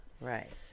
Right